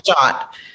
shot